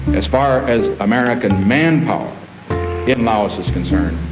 as far as american manpower in laos is concerned,